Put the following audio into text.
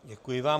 Děkuji vám.